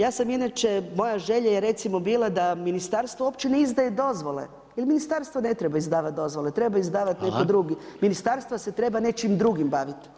Ja sam inače, moja želja je recimo bila da ministarstvo uopće ne izdaje dozvole, jer ministarstvo ne treba izdavati dozvole, treba izdavati netko drugi, ministarstvo se treba nečim drugim baviti.